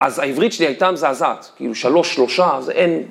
‫אז העברית שלי הייתה מזעזעת, ‫כאילו שלוש, שלושה, זה אין...